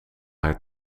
haar